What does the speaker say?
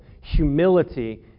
humility